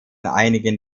einigen